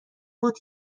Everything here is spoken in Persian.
بود